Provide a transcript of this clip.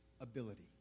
ability